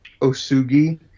Osugi